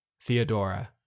Theodora